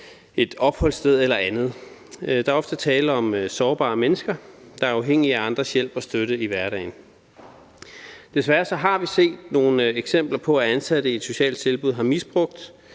et opholdssted eller andet. Der er ofte tale om sårbare mennesker, der er afhængige af andres hjælp og støtte i hverdagen. Desværre har vi set nogle eksempler på, at ansatte i et socialt tilbud har misbrugt